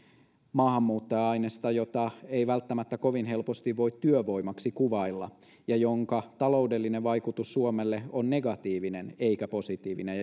maahanmuuttaja ainesta jota ei välttämättä kovin helposti voi työvoimaksi kuvailla ja jonka taloudellinen vaikutus suomelle on negatiivinen eikä positiivinen